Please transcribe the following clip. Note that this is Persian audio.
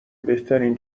بهترین